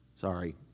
Sorry